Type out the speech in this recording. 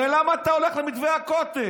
הרי למה אתה הולך למתווה הכותל?